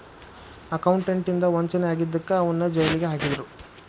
accountant ಇಂದಾ ವಂಚನೆ ಆಗಿದಕ್ಕ ಅವನ್ನ್ ಜೈಲಿಗ್ ಹಾಕಿದ್ರು